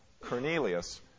Cornelius